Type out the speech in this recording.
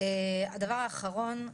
הדבר האחרון,